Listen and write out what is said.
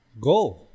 Go